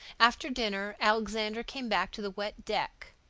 after dinner alexander came back to the wet deck,